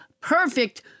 perfect